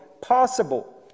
possible